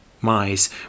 Mice